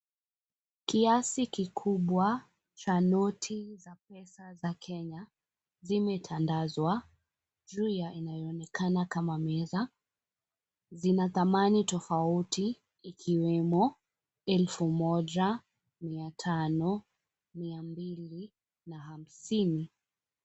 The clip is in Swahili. Kiasi kikubwa cha noti za pesa za Kenya, zimetandazwa juu ya inayoonekana kama meza, zina dhamani tofauti ikiwemo, elfu moja, mia tano, mia mbili na hamsini.